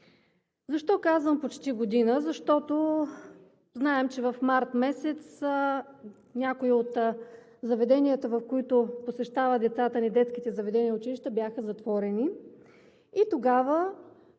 Защо казвам почти година? Защото знаем, че през месец март някои от заведенията, които посещават децата ни – детските заведения и училища, бяха затворени. Тогава